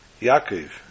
Yaakov